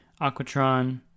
Aquatron